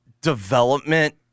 development